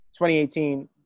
2018